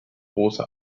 große